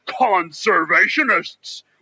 conservationists